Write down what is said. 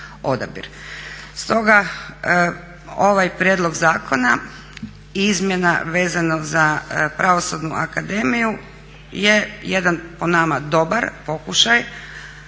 Stoga ovaj prijedlog zakona i izmjena vezano za Pravosudnu akademiju je jedan po nama dobar pokušaj